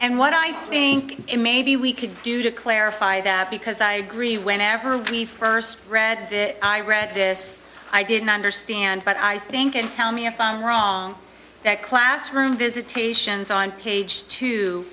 and what i think maybe we could do to clarify that because i agree whenever we first read the bit i read this i didn't understand but i think and tell me a fun wrong that classroom visitations on page t